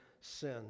sin